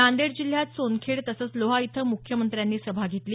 नांदेड जिल्ह्यात सोनखेड तसंच लोहा इथं मुख्यमंत्र्यांनी सभा घेतली